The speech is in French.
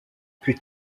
plus